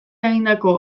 egindako